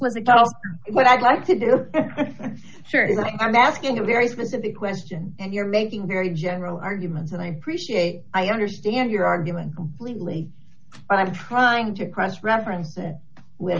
what the call what i'd like to do i'm asking a very specific question and you're making very general arguments and i appreciate i understand your argument completely but i'm trying to cross reference it with